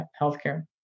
healthcare